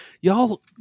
y'all